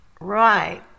Right